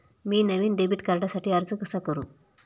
मी नवीन डेबिट कार्डसाठी अर्ज कसा करू?